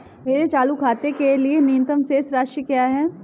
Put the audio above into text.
मेरे चालू खाते के लिए न्यूनतम शेष राशि क्या है?